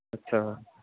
ਅੱਛਾ